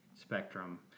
spectrum